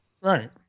right